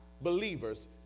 believers